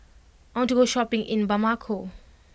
I want to go shopping in Bamako